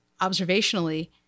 observationally